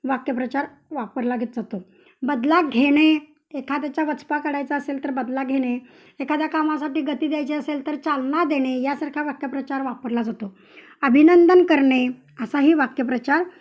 वाक्यप्रचार वापरला गे जातो बदला घेणे एखाद्याचा वचपा काढायचा असेल तर बदला घेणे एखाद्या कामासाठी गती द्यायची असेल तर चालना देणे यासारखा वाक्यप्रचार वापरला जातो अभिनंदन करणे असाही वाक्यप्रचार